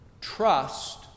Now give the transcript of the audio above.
Trust